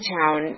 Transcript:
town